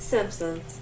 Simpsons